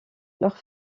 leurs